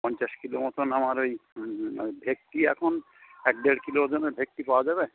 পঞ্চাশ কিলো মতন আমার ওই ভেটকি এখন এক দেড় কিলো ওজনের ভেটকি পাওয়া যাবে